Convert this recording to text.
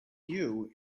you